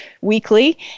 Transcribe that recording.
weekly